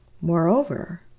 Moreover